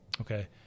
okay